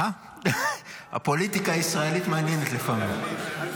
הפוליטיקה הישראלית מעניינת לפעמים.